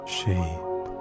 shape